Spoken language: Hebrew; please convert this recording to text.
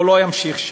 הוא לא ימשיך שם.